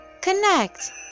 connect